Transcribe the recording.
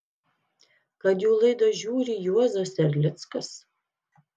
kad jų laidą žiūri juozas erlickas